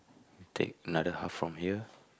take another half from here